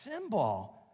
symbol